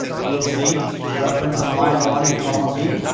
you will see reference on line one in column b,